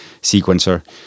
sequencer